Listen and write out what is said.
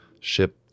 ship